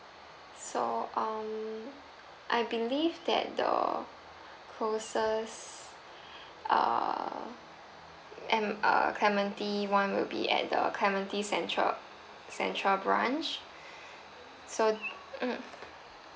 so um I believe that the closest err am err clementi one will be at the clementi central central branch so mm